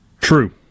True